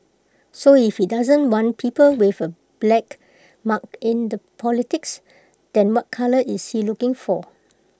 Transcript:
so if he doesn't want people with A black mark in the politics then what colour is he looking for